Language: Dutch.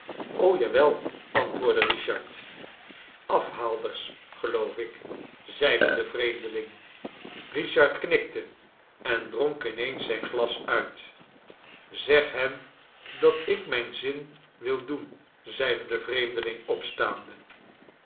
ja wel antwoordde richard afhaalders geloof ik zeide de vreemdeling richard knikte en dronk in eens zijn glas uit zeg hen dat ik mijn zin wil doen zeide de vreemdeling opstaande